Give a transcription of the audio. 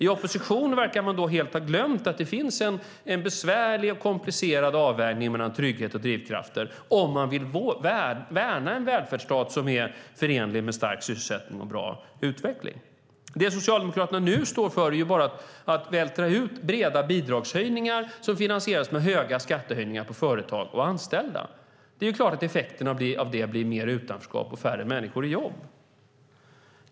I opposition verkar man dock helt ha glömt att det finns en besvärlig och komplicerad avvägning mellan trygghet och drivkrafter om man vill värna en välfärdsstat som är förenlig med stark sysselsättning och bra utveckling. Det Socialdemokraterna nu står för är att vältra ut breda bidragshöjningar som finansieras med höga skattehöjningar på företag och anställda. Det är klart att effekterna av det blir mer utanförskap och färre människor i jobb.